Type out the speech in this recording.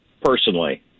personally